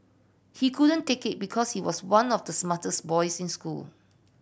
he couldn't take it because he was one of the smartest boys in school